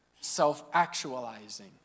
self-actualizing